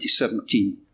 2017